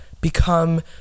become